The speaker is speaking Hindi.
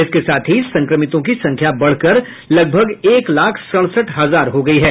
इसके साथ ही संक्रमितों की संख्या बढ़कर लगभग एक लाख सड़सठ हजार हो गयी है